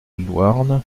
louarn